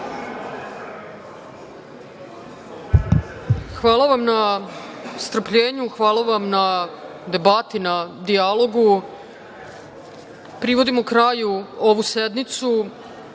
Hvala vam na strpljenju, hvala vam na debati, na dijalogu. Privodimo kraju ovu sednicu.